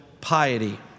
piety